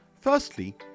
Firstly